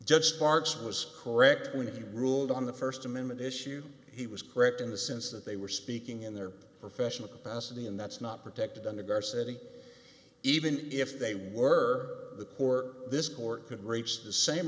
judge sparks was correct when he ruled on the st amendment issue he was correct in the sense that they were speaking in their professional capacity and that's not protected under garci even if they were the court this court could reach the same